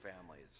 families